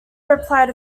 replied